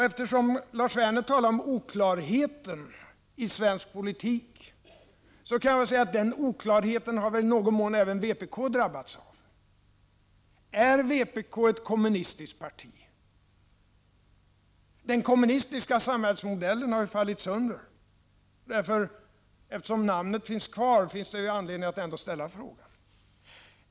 Eftersom Lars Werner talar om oklarheter i svensk politik vill jag säga att även vpk i någon mån drabbats av oklarhet. Är vpk ett kommunistiskt parti? Den kommunistiska samhällsmodellen har ju fallit sönder. Eftersom ordet ”kommunisterna” ändå finns kvar i partiets namn, finns det anledning att ställa den frågan.